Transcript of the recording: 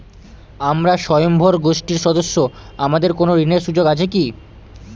আমরা স্বয়ম্ভর গোষ্ঠীর সদস্য আমাদের কোন ঋণের সুযোগ আছে কি?